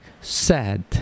sad